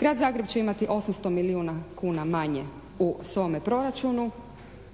Grad Zagreb će imati 800 milijuna kuna manje u svome proračunu